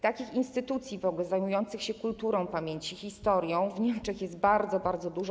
Takich instytucji zajmujących się kulturą pamięci, historią w Niemczech jest w ogóle bardzo, bardzo dużo.